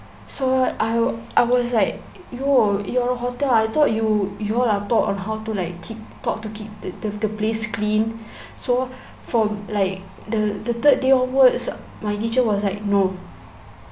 so I I was like you're you're a hotel I thought you you all are taught on how to like keep ta~ to keep the place clean so for like the the third day onwards my teacher was like no